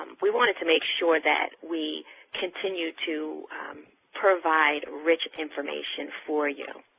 we wanted to make sure that we continued to provide rich information for you.